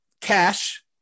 Cash